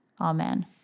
Amen